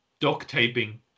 duct-taping